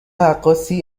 رقاصی